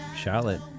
Charlotte